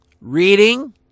Reading